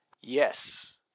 yes